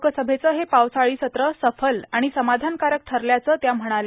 लोकसभेचं हे पावसाळी सत्र सफल आणि समाधानकारक ठरल्याचं त्या म्हणाल्या